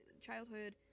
childhood